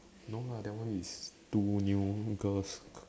no lah that one is two new girls